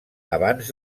abans